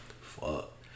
Fuck